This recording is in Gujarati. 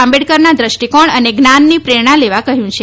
આંબેડકરના દ્રષ્ટિકોણ અને જ્ઞાનની પ્રેરણા લેવા કહ્યું છે